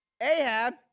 Ahab